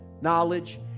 knowledge